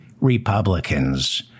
Republicans